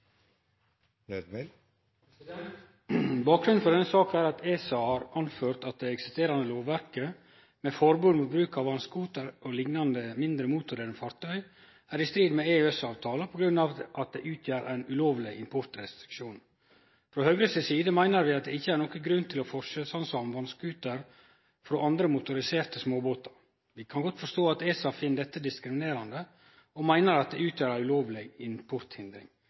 til. Bakgrunnen for denne saka er at ESA har nemnt at det eksisterande lovverket med forbod mot bruk av vass-scooter o.l. mindre motordrevne fartøy er i strid med EØS-avtala, på grunn av at det utgjer ein ulovleg importrestriksjon. Frå Høgre si side meiner vi at det ikkje er nokon grunn til å forskjellshandsame vass-scooterar i høve til andre motoriserte småbåtar. Vi kan godt forstå at ESA finn dette diskriminerande og meiner at det utgjer ei ulovleg